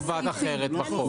מותר לקבוע חובה אחרת בחוק.